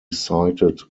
cited